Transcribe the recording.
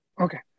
Okay